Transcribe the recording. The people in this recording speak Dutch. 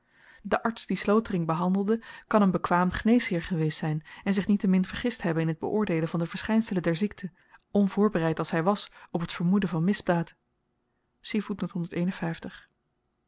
de arts die slotering behandelde kan een bekwaam geneesheer geweest zyn en zich niettemin vergist hebben in t beoordeelen van de verschynselen der ziekte onvoorbereid als hy was op t vermoeden van misdaad